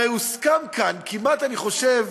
הרי הוסכם כאן, כמעט, אני חושב,